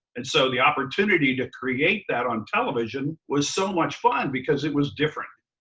and so the opportunity to create that on television was so much fun because it was different,